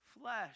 flesh